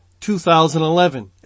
2011